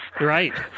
Right